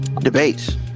debates